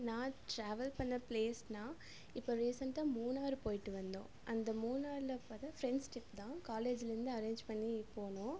நான் ட்ராவல் பண்ணிண பிளேஸ்னால் இப்போ ரீசெண்டாக மூணாறு போயிட்டு வந்தோம் அந்த மூணாறில் பார்த்தா ஃப்ரெண்ட்ஸ் ட்ரிப் தான் காலேஜ்ஜுலேருந்து அரேஞ்ச் பண்ணி போனோம்